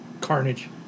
Carnage